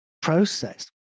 process